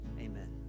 Amen